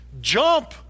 jump